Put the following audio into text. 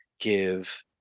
give